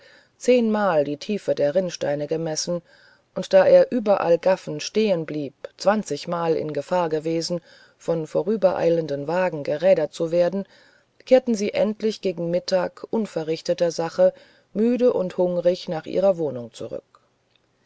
zehnmal die tiefe der rinnsteine gemessen und da er überall gaffend stehenblieb zwanzigmal in gefahr gewesen war von vorübereilenden wagen gerädert zu werden kehrten sie endlich gegen mittag unverrichteter sache müde und hungrig nach ihrer wohnung zurück